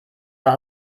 war